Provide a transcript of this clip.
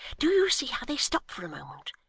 do you see how they stop for a moment,